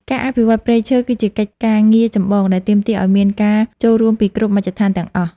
ការអភិរក្សព្រៃឈើ គឺជាកិច្ចការងារចម្បងដែលទាមទារឱ្យមានការចូលរួមពីគ្រប់មជ្ឈដ្ឋានទាំងអស់។